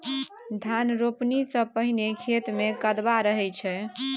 धान रोपणी सँ पहिने खेत मे कदबा रहै छै